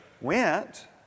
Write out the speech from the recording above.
went